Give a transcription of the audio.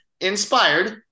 inspired